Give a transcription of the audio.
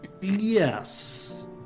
yes